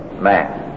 man